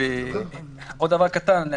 עוד דבר קטן.